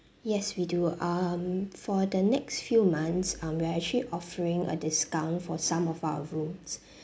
yes we do um for the next few months um we are actually offering a discount for some of our rooms